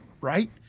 right